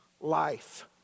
life